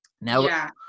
Now